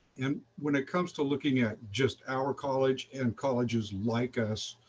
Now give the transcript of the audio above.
and when it comes to looking at just our college and colleges like us,